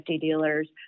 dealers